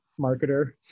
marketer